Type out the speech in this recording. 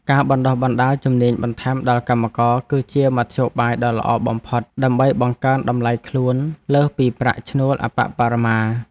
ការបណ្តុះបណ្តាលជំនាញបន្ថែមដល់កម្មករ គឺជាមធ្យោបាយដ៏ល្អបំផុតដើម្បីបង្កើនតម្លៃខ្លួនលើសពីប្រាក់ឈ្នួលអប្បបរមា។